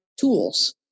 tools